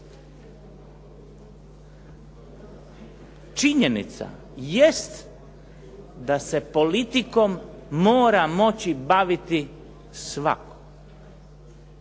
Činjenica jest da se politikom mora moći baviti svatko